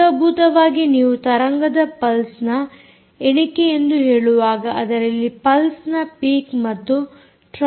ಮೂಲಭೂತವಾಗಿ ನೀವು ತರಂಗದ ಪಲ್ಸ್ನ ಎಣಿಕೆ ಎಂದು ಹೇಳುವಾಗ ಅದರಲ್ಲಿ ಪಲ್ಸ್ನ ಪೀಕ್ ಮತ್ತು ಟ್ರಫ್ ಬರುತ್ತದೆ